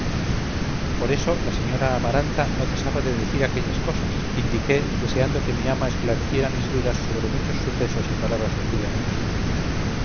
por eso la sra amaranta no cesaba de decir aquellas cosas indiqué deseando que mi ama esclareciera mis dudas sobre muchos sucesos y palabras de aquella noche